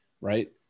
right